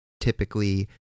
typically